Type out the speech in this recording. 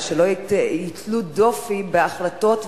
אבל שלא יטילו דופי בהחלטות,